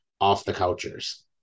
off-the-couchers